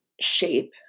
shape